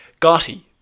Gotti